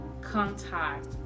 contact